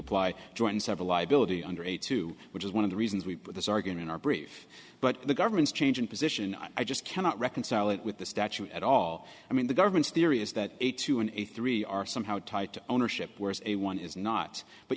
apply join several liability under eighty two which is one of the reasons we put the sargon in our brief but the government's change in position i just cannot reconcile it with the statue at all i mean the government's theory is that a two and a three are somehow tied to ownership whereas a one is not but